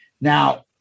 Now